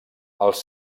els